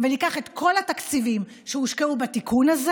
ניקח את כל התקציבים שהושקעו בתיקון הזה